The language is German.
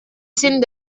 sind